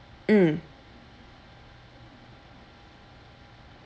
mm